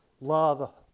love